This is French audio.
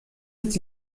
est